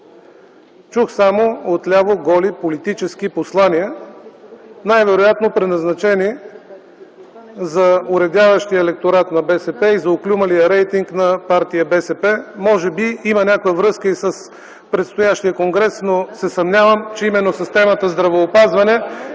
чух само голи политически послания, най-вероятно предназначени за оредяващия електорат на БСП и за оклюмалия рейтинг на партия БСП. Може би има някаква връзка и с предстоящия конгрес, но се съмнявам, че именно с темата „Здравеопазване”